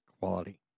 quality